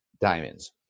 diamonds